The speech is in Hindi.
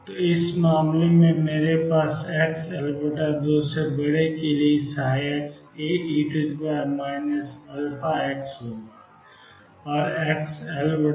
तो इस मामले में मेरे पास xL2 के लिए xA e αx होगा